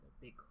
big